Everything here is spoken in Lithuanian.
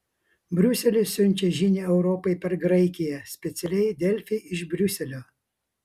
briuselis siunčia žinią europai apie graikiją specialiai delfi iš briuselio